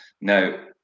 Now